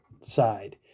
side